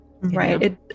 Right